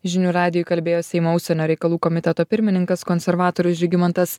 žinių radijui kalbėjo seimo užsienio reikalų komiteto pirmininkas konservatorius žygimantas